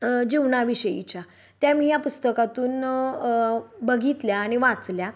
जीवनाविषयीच्या त्या मी या पुस्तकातून बघितल्या आणि वाचल्या